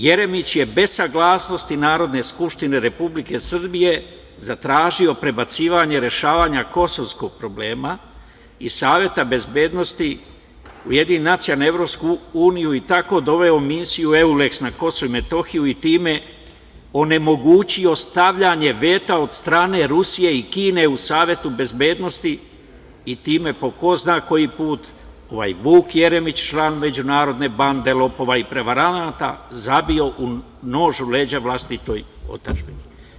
Jeremić je bez saglasnosti Narodne skupštine Republike Srbije zatražio prebacivanje rešavanja kosovskog problema iz Saveta bezbednosti Ujedinjenih nacija na Evropsku uniju i tako doveo misiju Euleks na Kosovo i Metohiju i time onemogućio stavljanje veta od strane Rusije i Kine u Savetu bezbednosti i time po ko zna koji put, Vuk Jeremić, član međunarodne bande lopova i prevaranata, zabio nož u leđa vlastitoj otadžbini.